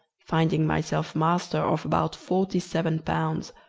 finding myself master of about forty-seven pounds,